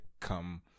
come